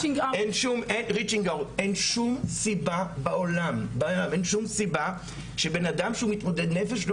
אין שום סיבה בעולם שבן אדם שהוא מתמודד נפש לא